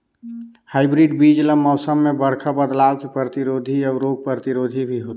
hybrid बीज ल मौसम में बड़खा बदलाव के प्रतिरोधी अऊ रोग प्रतिरोधी भी होथे